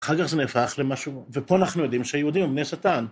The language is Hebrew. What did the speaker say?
אחר כך זה נהפך למשהו, ופה אנחנו יודעים שהיהודים הם בני שטן.